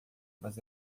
mas